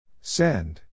Send